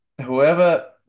Whoever